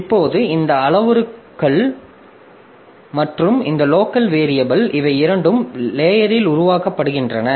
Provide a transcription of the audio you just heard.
இப்போது இந்த அளவுருக்கள் மற்றும் இந்த லோக்கல் வேரியபில் இவை இரண்டும் லேயரில் உருவாக்கப்படுகின்றன